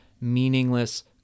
meaningless